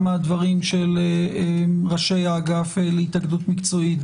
גם מהדברים של ראשי האגף להתאגדות מקצועית,